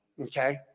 Okay